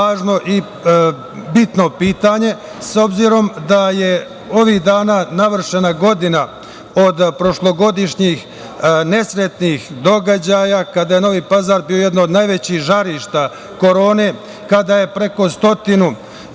i bitno pitanje, s obzirom da je ovih dana navršena godina od prošlogodišnjih nesretnih događaja kada je Novi Pazar bio jedan od najvećih žarišta korone, kada je preko stotinu